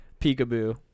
Peekaboo